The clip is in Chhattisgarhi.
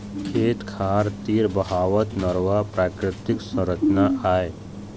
खेत खार तीर बहावत नरूवा प्राकृतिक संरचना आय